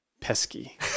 pesky